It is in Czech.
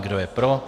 Kdo je pro?